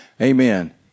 Amen